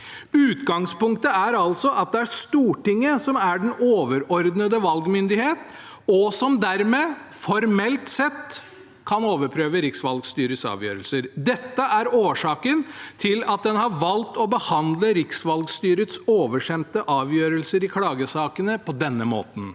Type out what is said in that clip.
Utgangspunktet er altså at det er Stortinget som er den overordnede valgmyndighet, og som dermed formelt sett kan overprøve riksvalgstyrets avgjørelser. Dette er årsaken til at en har valgt å behandle riksvalgstyrets oversendte avgjørelser i klagesakene på denne måten.